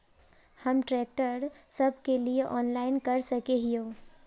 हम ट्रैक्टर सब के लिए ऑनलाइन कर सके हिये?